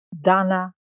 Dana